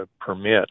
permit